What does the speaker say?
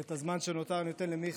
את הזמן שנותר אני נותן למיכאל.